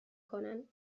کنند